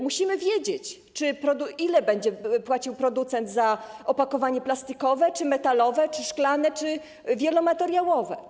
Musimy wiedzieć, ile będzie płacił producent za opakowanie plastikowe czy metalowe, czy szklane, czy wielomateriałowe.